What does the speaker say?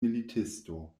militisto